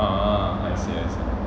oh I see I see